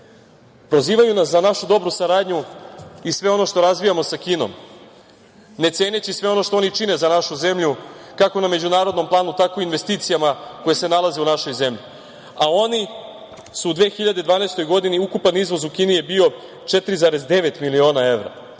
evra. Prozivaju nas za našu dobru saradnju i sve ono što razvijamo sa Kinom, ne ceneći sve ono što oni čine za našu zemlju, kako na međunarodnom, tako i investicijama koje se nalaze u našoj zemlji, a oni su u 2012. godini, ukupan izvoz u Kini je bio 4,9 miliona evra,